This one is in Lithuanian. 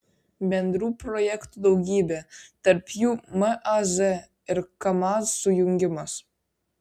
bendrų projektų daugybė tarp jų maz ir kamaz sujungimas